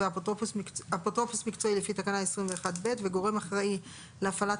אפוטרופוס מקצועי לפי תקנה 21ב וגורם אחראי להפעלת